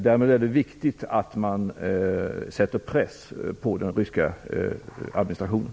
Det är viktigt att man sätter press på den ryska administrationen.